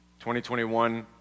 2021